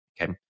Okay